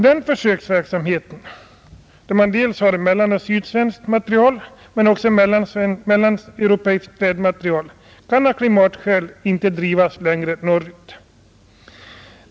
Där finns dels mellanoch sydsvenskt material, dels också mellaneuropeiskt trädmaterial, och den försöksverksamheten kan av klimatskäl inte drivas längre norrut.